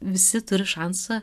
visi turi šansą